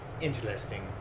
Interesting